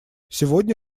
сегодня